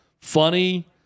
funny